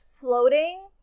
floating